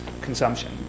consumption